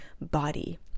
body